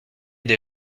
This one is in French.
des